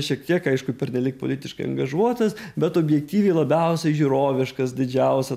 šiek tiek aišku pernelyg politiškai angažuotas bet objektyviai labiausiai žiūroviškas didžiausią